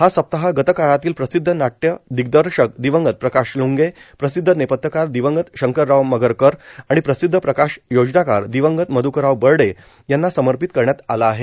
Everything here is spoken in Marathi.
हा सप्ताह गतकाळातील प्रसिद्ध नाट्यदिग्दर्शक दिवंगत प्रकाश ल्ंगे प्रसिद्ध नेपथ्यकार दिवंगत शंकरराव मगरकर आणि प्रसिद्ध प्रकाश योजनाकार दिवंगत मध्करराव बरडे यांना समर्पित करण्यात आला आहे